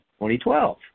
2012